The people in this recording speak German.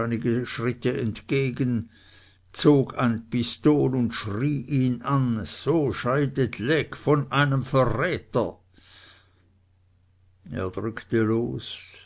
schritte entgegen zog ein pistol und schrie ihn an so scheidet lecques von einem verräter er drückte los